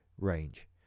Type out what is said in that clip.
range